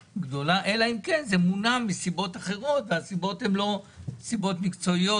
אלא אם כן זה מגיע מסיבות אחרות שהן לא סיבות מקצועיות.